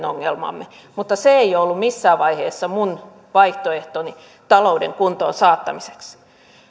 ongelmamme mutta se ei ole ollut missään vaiheessa minun vaihtoehtoni talouden kuntoon saattamiseksi